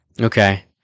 Okay